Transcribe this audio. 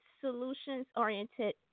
solutions-oriented